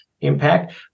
impact